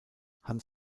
hans